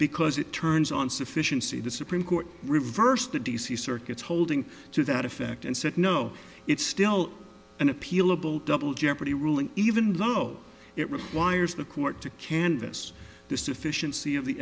because it turns on sufficiency the supreme court reversed the d c circuits holding to that effect and said no it's still an appealable double jeopardy ruling even low it requires the court to canvass the sufficiency of the